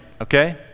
okay